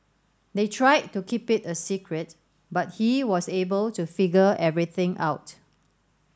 they tried to keep it a secret but he was able to figure everything out